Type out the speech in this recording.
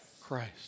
Christ